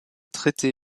traité